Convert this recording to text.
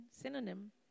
synonym